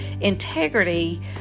integrity